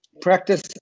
practice